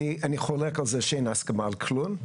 אני חולק על זה שאין הסכמה על כלום.